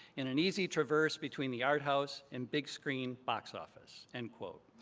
in an easy traverse between the art house and big-screen box office. end quote.